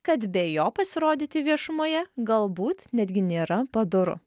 kad be jo pasirodyti viešumoje galbūt netgi nėra padoru